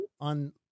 on